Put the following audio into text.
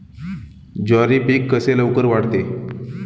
ज्वारी पीक कसे लवकर वाढते?